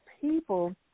people